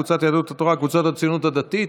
קבוצת סיעת יהדות התורה וקבוצת סיעת הציונות הדתית.